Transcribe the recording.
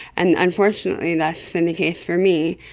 and unfortunately that has been the case for me.